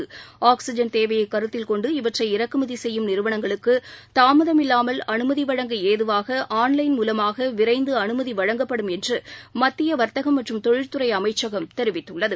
கொண்டு இவற்றை ஆக்ஸிஜன் தேவையைக் கருத்தில் இறக்குமதிசெய்யும் நிறுவனங்களுக்குதாமதமில்லாமல் அனுமதிவழங்க ஏதுவாகஆன்லைன் மூலமாகவிரைந்துஅனுமதிவழங்கப்படும் என்றுமத்தியவர்த்தகமற்றும் தொழில்துறைஅமைச்சகம் தெரிவித்துள்ளது